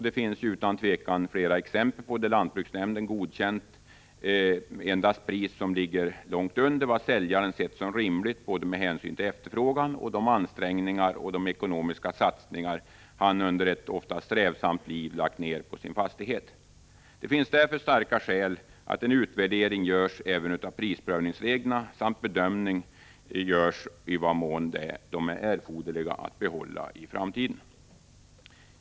Det finns flera exempel där lantbruksnämnden endast har godkänt ett pris som ligger långt under vad säljaren sett som rimligt med hänsyn till efterfrågan och till de ansträngningar och ekonomiska satsningar han under ett ofta strävsamt liv lagt ned på sin fastighet. Det finns därför starka skäl att en utvärdering görs även av prisprövningsreglerna liksom en bedömning av i vad mån det är erforderligt att behålla dem i framtiden.